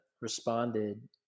responded